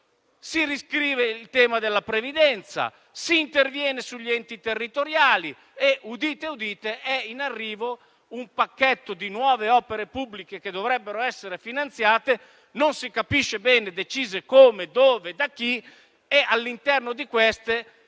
Si riscrive il tema della previdenza; si interviene sugli enti territoriali e - udite, udite - è in arrivo un pacchetto di nuove opere pubbliche che dovrebbero essere finanziate - non si capisce bene decise come, dove e da chi - e all'interno di esse